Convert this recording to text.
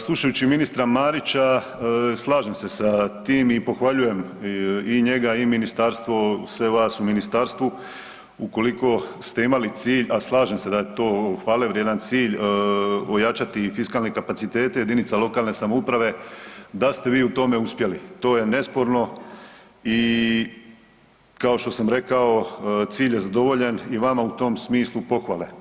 Slušajući ministra Marića, slažem se sa tim i pohvaljujem i njega i ministarstvo, sve vas u ministarstvu, ukoliko ste imali cilj, a slažem se da je to hvale vrijedan cilj, ojačati fiskalne kapacitete jedinica lokalne samouprave, da ste vi u tome uspjeli, to je nesporno i kao što sam rekao, cilj je zadovoljen i vama u tom smislu pohvale.